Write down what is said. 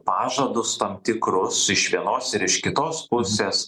pažadus tam tikrus iš vienos ir iš kitos pusės